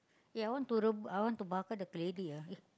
eh I want to rebus I want to bakar the keledek ah eh